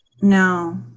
No